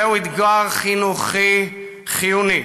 זהו אתגר חינוכי חיוני: